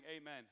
amen